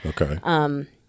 Okay